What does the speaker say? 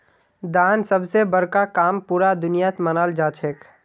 दान सब स बड़का काम पूरा दुनियात मनाल जाछेक